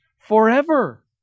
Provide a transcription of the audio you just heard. forever